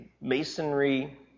masonry